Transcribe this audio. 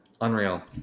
Unreal